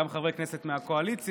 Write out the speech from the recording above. גם חברי כנסת מהקואליציה,